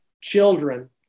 children